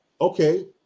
okay